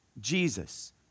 Jesus